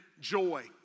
joy